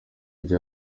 rya